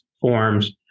forms